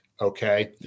Okay